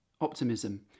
optimism